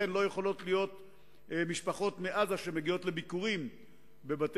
לכן לא יכולות להיות משפחות מעזה שמגיעות לביקורים בבתי-הסוהר.